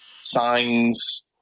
signs